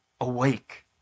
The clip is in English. awake